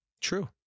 true